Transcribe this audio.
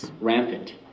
rampant